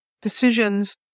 decisions